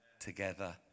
together